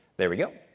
there we go.